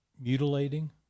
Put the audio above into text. mutilating